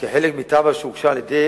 כחלק מתב"ע שהוגשה על-ידי